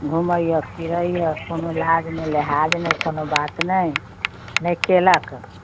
घूमैया फिरैया कोनो लिहाज नहि लिहाज नहि कोनो बात नहि कयलक